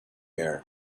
air